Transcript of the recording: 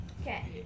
Okay